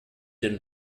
den